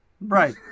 Right